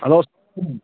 hello